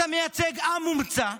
אתה מייצג עם מומצא,